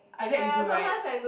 I bet you do right